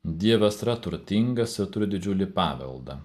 dievas yra turtingas ir turi didžiulį paveldą